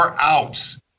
outs